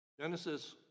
Genesis